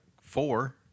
four